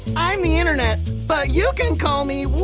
i'm the internet, but you can call me